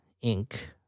ink